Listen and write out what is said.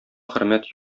хөрмәт